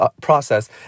process